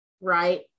right